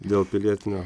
dėl pilietinio